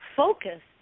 focus